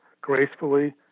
gracefully